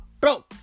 bro